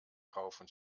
kaufen